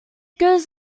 goes